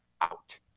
out